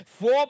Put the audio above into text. four